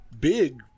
big